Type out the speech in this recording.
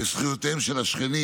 בזכויותיהם של השכנים.